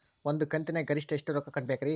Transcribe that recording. ಒಂದ್ ಕಂತಿನ್ಯಾಗ ಗರಿಷ್ಠ ಎಷ್ಟ ರೊಕ್ಕ ಕಟ್ಟಬೇಕ್ರಿ?